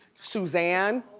suzanne.